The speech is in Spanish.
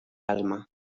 alma